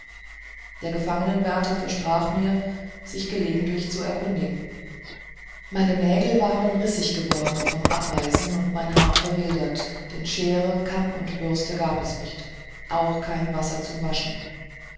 der gefangenwärter versprach mir sich gelegentlich zu erkundigen meine nägel waren rissig geworden vom abbeißen und mein haar verwildert denn schere kamm und bürste gab es nicht auch kein wasser zum waschen